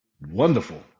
wonderful